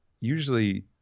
usually